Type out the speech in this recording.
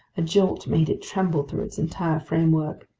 a jolt made it tremble through its entire framework.